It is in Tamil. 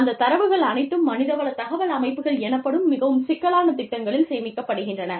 அந்த தரவுகள் அனைத்தும் மனித வள தகவல் அமைப்புகள் எனப்படும் மிகவும் சிக்கலான திட்டங்களில் சேமிக்கப்படுகின்றன